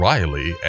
Riley